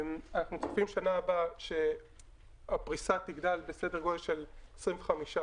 אנחנו מצפים שבשנה הבאה הפריסה תגדל בסדר גודל של 25%,